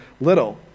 little